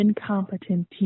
incompetent